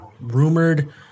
rumored